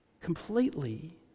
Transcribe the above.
completely